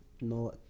no